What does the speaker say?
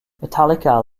metallica